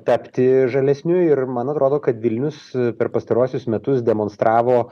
tapti žalesniu ir man atrodo kad vilnius per pastaruosius metus demonstravo